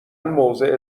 موضع